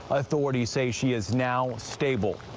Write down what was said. ah authorities say she is now stable.